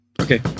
okay